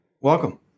welcome